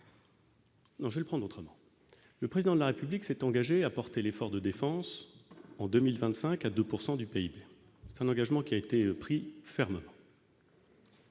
Non, je vais prendre autrement, le président de la République s'est engagé à porter l'effort de défense en 2025 à 2 pourcent du du PIB, c'est un engagement qui a été pris ferme.